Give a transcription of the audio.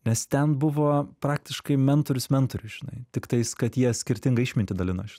nes ten buvo praktiškai mentorius mentoriuj žinai tiktais kad jie skirtingą išmintį dalino